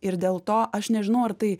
ir dėl to aš nežinau ar tai